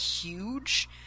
huge